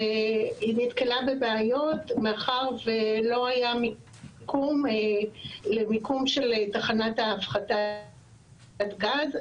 והיא נתקלה בבעיות מאחר ולא היה מיקום למיקום של תחנת הפחתת הגז.